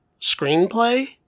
screenplay